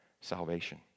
salvation